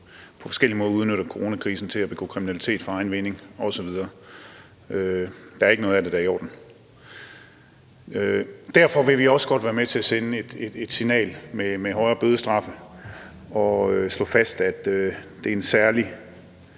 på forskellig måde udnytter coronakrisen til at begå kriminalitet for egen vinding osv. Der er ikke noget af det, der er i orden. Derfor vil vi også godt være med til at sende et signal med højere bødestraffe og slå fast, at det er en særlig